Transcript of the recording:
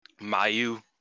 Mayu